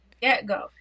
get-go